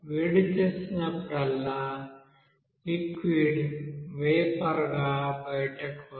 వేడిచేసినప్పుడల్లా liquid వేపర్గా బయటకువస్తుంది